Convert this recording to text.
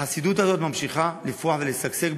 החסידות הזאת ממשיכה לפרוח ולשגשג,